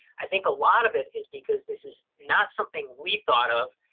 i think a lot of it is because this is not something we thought of,